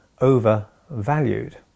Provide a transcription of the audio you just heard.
overvalued